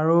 আৰু